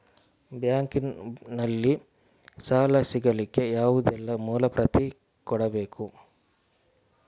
Bank ನಲ್ಲಿ ಸಾಲ ಸಿಗಲಿಕ್ಕೆ ಯಾವುದೆಲ್ಲ ಮೂಲ ಪ್ರತಿ ಕೊಡಬೇಕು?